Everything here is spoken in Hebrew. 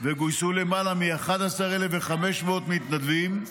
וגויסו למעלה מ-1,500 מתנדבים.